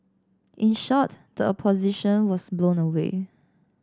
in short the Opposition was blown away